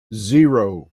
zero